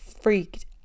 freaked